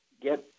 Get